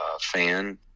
fan